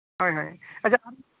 ᱦᱳᱭ ᱦᱳᱭ ᱟᱪᱪᱷᱟ